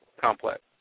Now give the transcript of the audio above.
complex